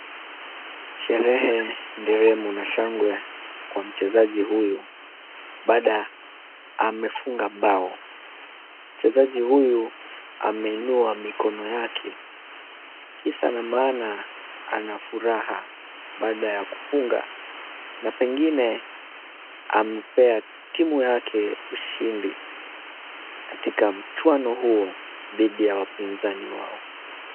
Sherehe, nderemo na shangwe kwa mchezaji huyu baada ya amefunga mbao. Mchezaji huyu ameinua mikono yake kisa na maana ana furaha baada ya kufunga na pengine amepea timu yake ushindi katika mchuano huo dhidi ya wapinzani wao.